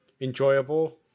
enjoyable